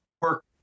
work